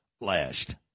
last